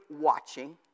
watching